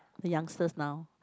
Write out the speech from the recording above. youngsters now